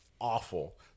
awful